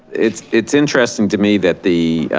it's it's interesting to me that the